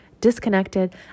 disconnected